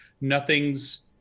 nothing's